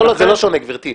זה לא שונה, גברתי.